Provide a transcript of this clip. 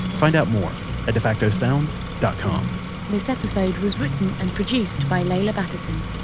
find out more at defacto sound dot com this episode was written and produced by leila battison,